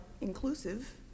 inclusive